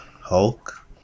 Hulk